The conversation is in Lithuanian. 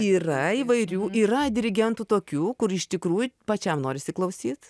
yra įvairių yra dirigentų tokių kur iš tikrųjų pačiam norisi klausyt